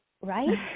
right